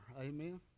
Amen